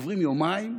עוברים יומיים,